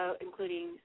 including